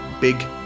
Big